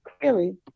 clearly